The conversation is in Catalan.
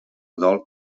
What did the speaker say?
dol